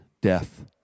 death